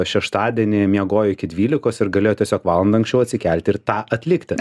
šeštadienį miegojo iki dvylikos ir galėjo tiesiog valanda anksčiau atsikelti ir tą atlikti